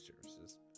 services